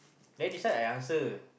then decide I answer